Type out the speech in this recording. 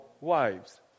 wives